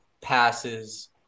passes